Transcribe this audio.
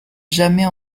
jamais